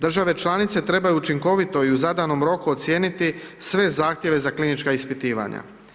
Države članice trebaju učinkovito i u zadanom roku ocijeniti sve zahtjeve za klinička ispitivanja.